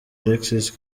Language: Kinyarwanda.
alexis